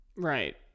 right